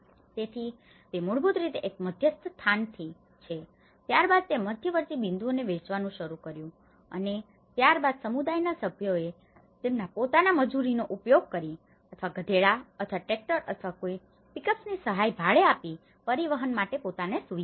તેથી તે મૂળભૂત રીતે એક મધ્યસ્થ સ્થાનમાંથી છે ત્યારબાદ તે મધ્યવર્તી બિંદુઓને વહેંચવાનું શરૂ કર્યું અને ત્યારબાદ સમુદાયના સભ્યોએ તેમના પોતાના મજૂરીનો ઉપયોગ કરીને અથવા ગધેડા અથવા ટ્રેક્ટર અથવા કોઈ પિકઅપ્સની સહાય ભાડે લઇને તે પરિવહન માટે પોતાને સુવિધા આપી